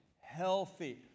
healthy